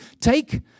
take